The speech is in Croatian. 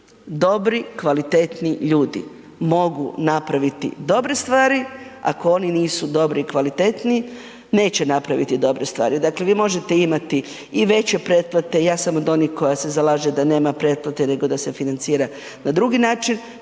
Dobri, kvalitetni ljudi mogu napraviti dobre stvari, a ako oni nisu dobri i kvalitetni neće napraviti dobre stvari. Dakle vi možete imati i veće pretplate i ja sam od onih koja se zalaže da nema pretplate nego da se financira na drugi način,